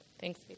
Thanks